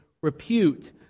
repute